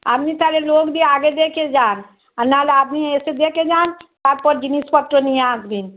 আপনি তাহলে লোক দিয়ে আগে দেখে যান আর নাহলে আপনি এসে দেখে যান তারপর জিনিসপত্র নিয়ে আসবেন